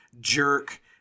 jerk